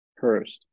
First